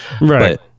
Right